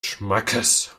schmackes